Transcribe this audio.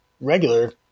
regular